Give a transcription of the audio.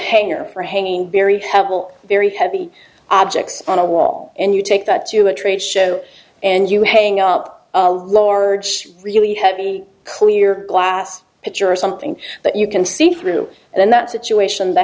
hangar for hanging very helpful very heavy objects on a wall and you take that to a trade show and you hang up large really heavy clear glass but you're something that you can see through and in that situation the